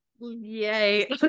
Yay